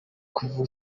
kuva